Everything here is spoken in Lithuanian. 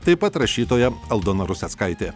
taip pat rašytoja aldona ruseckaitė